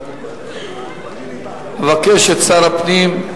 אני מבקש משר הפנים,